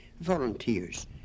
volunteers